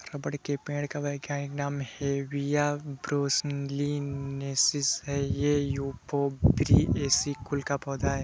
rubber के पेड़ का वैज्ञानिक नाम हेविया ब्रासिलिनेसिस है ये युफोर्बिएसी कुल का पौधा है